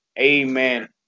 Amen